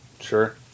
Sure